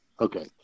Okay